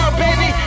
baby